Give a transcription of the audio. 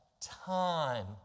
time